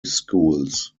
schools